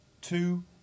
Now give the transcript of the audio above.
Two